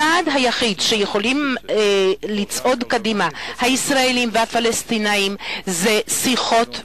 הצעד היחיד שיכולים להצעיד קדימה הישראלים והפלסטינים זה שיחות ישירות,